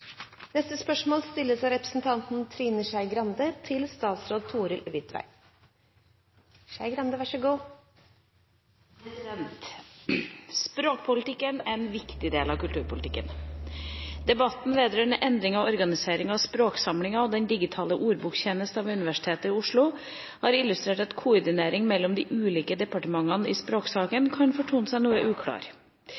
til neste spørretime, da statsråden er bortreist. «Språkpolitikk er en viktig del av kulturpolitikken. Debatten vedrørende en endring i organiseringa av språksamlingene og den digitale ordboktjenesten ved Universitetet i Oslo har illustrert at koordineringa mellom ulike departement i